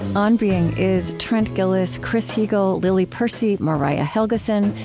and on being is trent gilliss, chris heagle, lily percy, mariah helgeson,